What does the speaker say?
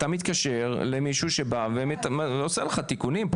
אתה מתקשר למישהו שבא ועושה לך תיקונים,